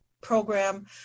program